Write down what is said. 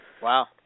Wow